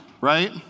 right